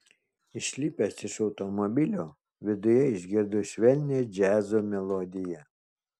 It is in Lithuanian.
išlipęs iš automobilio viduje išgirdo švelnią džiazo melodiją